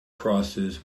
crosses